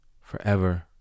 forever